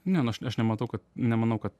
ne nu aš nematau kad nemanau kad